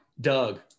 Doug